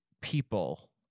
people